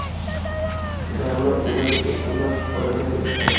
गर्मा उरद के उन्नत प्रभेद बताई?